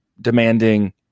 demanding